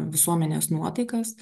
visuomenės nuotaikas